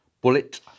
Bullet